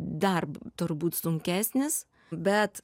dar turbūt sunkesnis bet